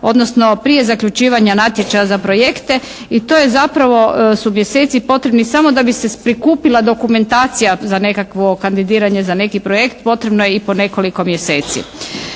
odnosno prije zaključivanja natječaja za projekte i to je zapravo su mjeseci potrebni samo da bi se prikupila dokumentacija za nekakvo kandidiranje za neki projekt, potrebno je i po nekoliko mjeseci.